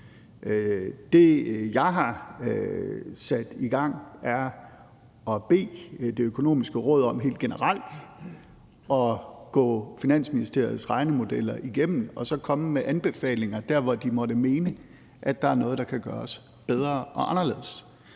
Det, jeg har sat i gang, er at bede Det Økonomiske Råd om helt generelt at gå Finansministeriets regnemodeller igennem og så komme med anbefalinger der, hvor de måtte mene at der er noget, der kan gøres bedre og anderledes.